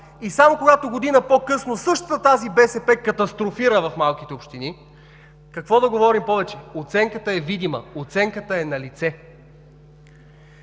и само когато година по-късно същата тази БСП катастрофира в малките общини, какво да говорим повече?! Оценката е видима, оценката е налице!